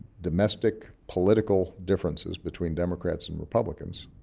domestic political differences between democrats and republicans,